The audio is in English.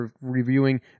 reviewing